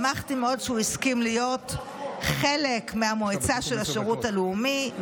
שמחתי מאוד שהוא הסכים להיות חלק מהמועצה של השירות הלאומי,